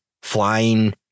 Flying